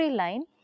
line